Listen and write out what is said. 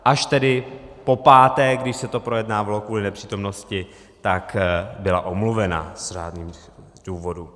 Až tedy popáté, když se to projednávalo kvůli nepřítomnosti, tak byla omluvena z řádných důvodů.